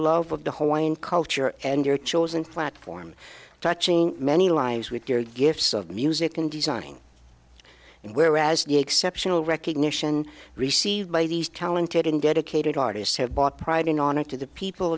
love of the hawaiian culture and your chosen platform touching many lives with your gifts of music and designing and whereas the exceptional recognition received by these talented and dedicated artists have bought priding on it to the people